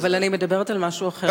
אבל אני מדברת על משהו אחר.